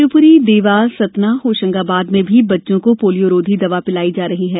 शिवपूरी देवास सतनाहोशंगाबाद में भी बच्चों को पोलियोरोधी दवा पिलाई जा रही है